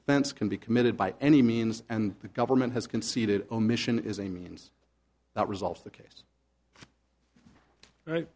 offense can be committed by any means and the government has conceded omission is a means that resolves the case right